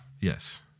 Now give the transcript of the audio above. Yes